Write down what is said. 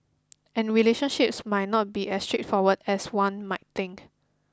and relationships might not be as straightforward as one might think